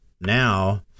now